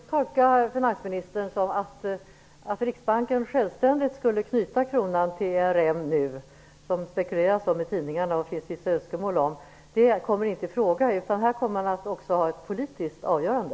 Herr talman! Jag vill tolka finansministerns svar som att det inte kommer i fråga att Riksbanken självständigt skulle knyta kronan till ERM nu, vilket det har spekulerats om i tidningarna och finns vissa önskemål om. Här kommer det alltså att bli ett politiskt avgörande.